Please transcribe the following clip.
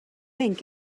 ink